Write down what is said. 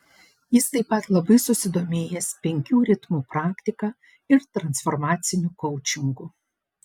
jis taip pat labai susidomėjęs penkių ritmų praktika ir transformaciniu koučingu